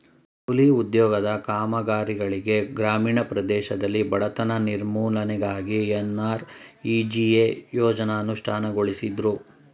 ಕೂಲಿ ಉದ್ಯೋಗದ ಕಾಮಗಾರಿಗಳಿಗೆ ಗ್ರಾಮೀಣ ಪ್ರದೇಶದಲ್ಲಿ ಬಡತನ ನಿರ್ಮೂಲನೆಗಾಗಿ ಎನ್.ಆರ್.ಇ.ಜಿ.ಎ ಯೋಜ್ನ ಅನುಷ್ಠಾನಗೊಳಿಸುದ್ರು